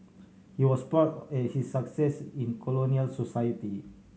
he was proud of his success in colonial society